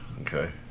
okay